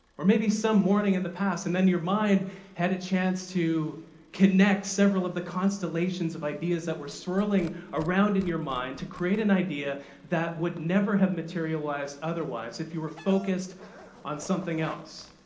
or maybe some morning in the past, and then your mind had a chance to connect several of the constellations of ideas that were swirling around in your mind to create an idea that would never have materialized otherwise if you were focused on something else,